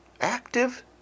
active